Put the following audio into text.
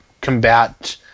combat